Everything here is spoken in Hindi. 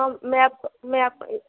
मैं आपको मैं आपको